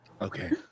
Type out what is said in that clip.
Okay